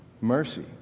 mercy